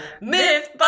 myth